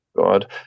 God